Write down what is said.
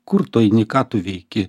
kur tu eini ką tu veiki